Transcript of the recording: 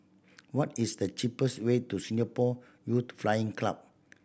what is the cheapest way to Singapore Youth Flying Club